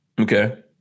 Okay